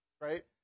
right